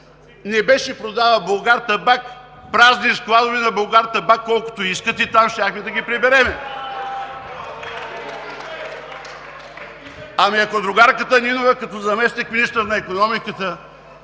не беше продала „Булгартабак“ – празни складове на „Булгартабак“ колкото искате. Там щяхме да ги приберем. Ами, ако другарката Нинова като заместник-министър на икономиката